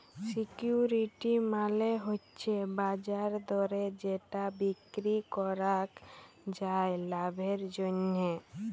security মালে হচ্যে বাজার দরে যেটা বিক্রি করাক যায় লাভের জন্যহে